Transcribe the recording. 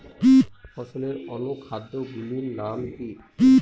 ফসলের অনুখাদ্য গুলির নাম কি?